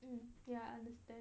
mm ya I understand